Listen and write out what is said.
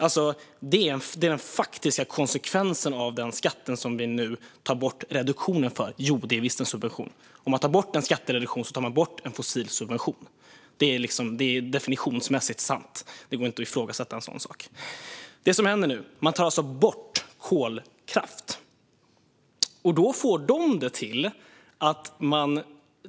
Det är den faktiska konsekvensen av den skatt som vi nu tar bort reduktionen för. Jo, det är visst en subvention! Om man tar bort en skattereduktion tar man bort en fossilsubvention. Det är definitionsmässigt sant. Det går inte att ifrågasätta en sådan sak. Det som nu händer är alltså att man tar bort kolkraft.